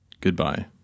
goodbye